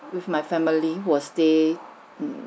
with my family was stay mm